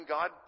God